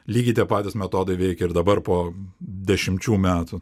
lygiai tie patys metodai veikia ir dabar po dešimčių metų